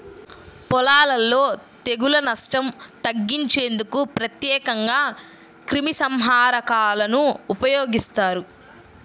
పొలాలలో తెగుళ్ల నష్టం తగ్గించేందుకు ప్రత్యేకంగా క్రిమిసంహారకాలను ఉపయోగిస్తారు